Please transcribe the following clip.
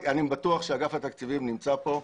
אני בטוח שאגף התקציבים נמצא פה,